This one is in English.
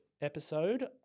episode